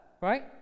Right